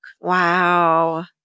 Wow